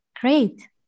Great